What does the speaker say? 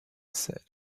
said